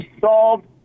solved